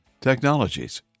Technologies